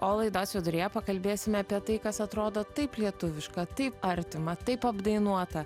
o laidos viduryje pakalbėsime apie tai kas atrodo taip lietuviška taip artima taip apdainuota